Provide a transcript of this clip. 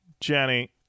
Jenny